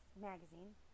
Magazine